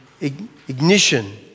ignition